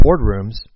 boardrooms